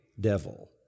devil